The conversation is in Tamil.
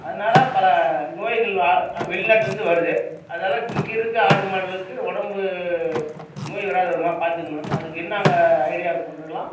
அதனால் பல நோய்கள் வெளிநாட்டுலேருந்து வருது அதால இங்கேருக்க ஆடு மாடுகளுக்கு உடம்பு நோய் வராத மாதிரி பார்த்துக்கணும் அதுக்கு என்னங்க ஐடியா பண்றதுலாம்